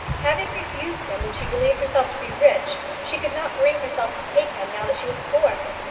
having refused him when she believed herself to be rich, she could not bring herself to take him now that she was poor.